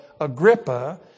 Agrippa